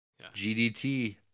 GDT